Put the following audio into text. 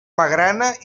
magrana